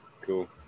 cool